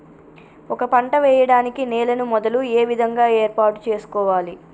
ఒక పంట వెయ్యడానికి నేలను మొదలు ఏ విధంగా ఏర్పాటు చేసుకోవాలి?